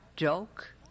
joke